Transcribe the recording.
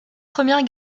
première